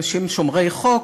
והם אנשים שומרי חוק.